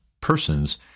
persons